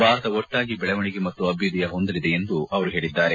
ಭಾರತ ಒಟ್ಟಾಗಿ ಬೆಳವಣಿಗೆ ಮತ್ತು ಅಭ್ಯುದಯ ಹೊಂದಲಿದೆ ಎಂದು ಅವರು ಹೇಳಿದರು